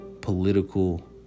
political